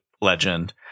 legend